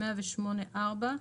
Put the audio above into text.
108(4)